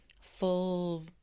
full